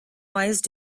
wise